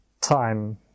time